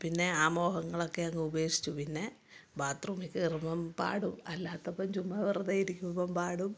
പിന്നെ ആ മോഹങ്ങളൊക്കെ അങ്ങ് ഉപേക്ഷിച്ചു പിന്നെ ബാത്ത് റൂമില് കേറുമ്പം പാടും അല്ലാത്തപ്പോള് ചുമ്മാ വെറുതെ ഇരിക്കുമ്പോള് പാടും